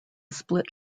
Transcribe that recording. split